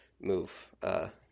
move